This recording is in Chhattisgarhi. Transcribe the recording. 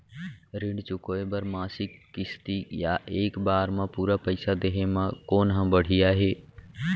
ऋण चुकोय बर मासिक किस्ती या एक बार म पूरा पइसा देहे म कोन ह बढ़िया हे?